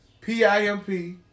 P-I-M-P